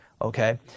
okay